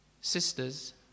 Sisters